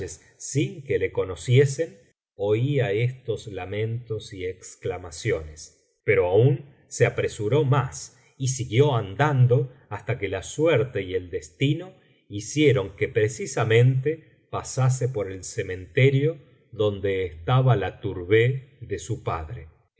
sin que le conociesen oía estos lamentos y exclamaciones pero aún se apresuró más y siguió andando hasta que la suerte y el destino hicieron que precisamente pasase por el cementerio donde estaba la tourbeh de su padre